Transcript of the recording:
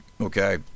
okay